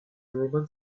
roman